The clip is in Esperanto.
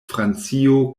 francio